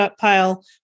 pile